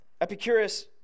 Epicurus